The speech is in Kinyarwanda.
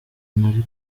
nari